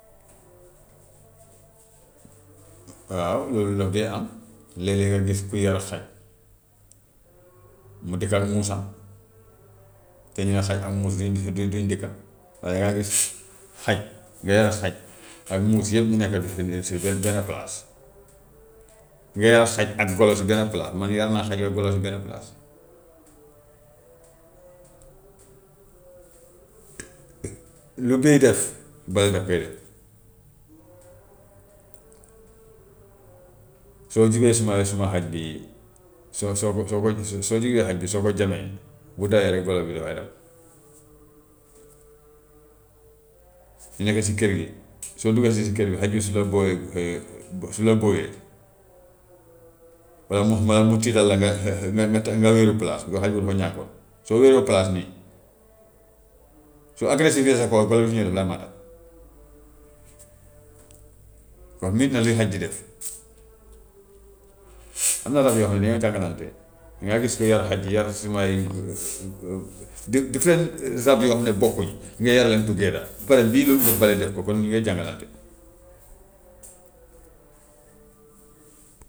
waaw loolu day am léeg-léeg nga gis ku yar xaj mu dëkk ak muusam te ñu ne xaj ak muus duñ dë- duñ dëkka, waaye nga gis xaj nga yar xaj ak muus yëpp ñu nekka fi mu ne si be- benn palaas. Nga yar xaj ak golo si benn palaas, man yar naa xaj ak golo si benn palaas, lu kii def bële da koy def. soo jegee suma suma xaj bi soo soo ko soo ko jegee xaj bi soo ko jamee bu dawee rek golo bi dafay daw. nekk si kër gi soo duggee si kër gi xaj bi su la mbówee rek su la mbówee walla mu walla mu tiital la nga nga wéeru palaas soo wéeroo palaas nii su aggréssif sa kaw golo su ñëwee daf laa màtta kooku nekk la li xaj di def. am na rab yoo xam ne dañoo jàngalante, dangay gis ku yar xaj, yar sumay di- different rab yoo xam ne bokkuñ nga yar leen together ba pare ba pare def ko kon ñu ngee jàngalante